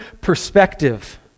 perspective